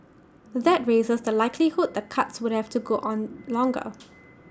that raises the likelihood the cuts would have to go on longer